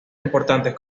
importantes